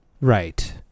Right